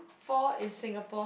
for in Singapore